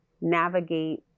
navigate